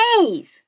days